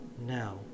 now